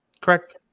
Correct